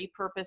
repurpose